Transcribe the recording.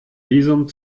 visum